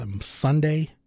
Sunday